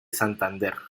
santander